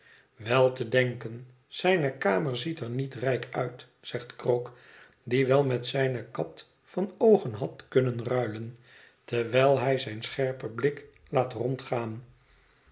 wel te denken zijne kamer ziet er niet rijk uit zegt krook die wel met zijne kat van oogen had kunnen ruilen terwijl hij zijn scherpen blik laat rondgaan